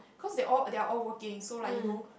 cause they all they are all working so like you know